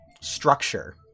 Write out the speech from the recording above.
structure